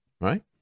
right